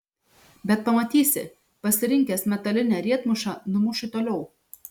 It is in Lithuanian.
bet pamatysi pasirinkęs metalinę riedmušą numušiu toliau